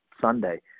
Sunday